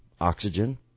oxygen